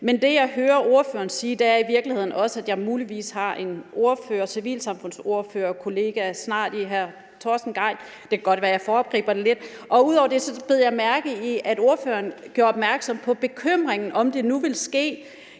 Men det, jeg hører ordføreren sige, er i virkeligheden også, at jeg muligvis snart har en civilsamfundsordførerkollega i hr. Torsten Gejl. Det kan godt være, at jeg foregriber det lidt. Ud over det bed jeg mærke i, at ordføreren gjorde opmærksom på bekymringen om, om det nu vil ske.